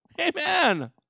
Amen